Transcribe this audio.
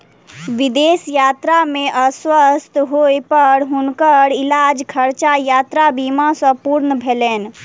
विदेश यात्रा में अस्वस्थ होय पर हुनकर इलाजक खर्चा यात्रा बीमा सॅ पूर्ण भेलैन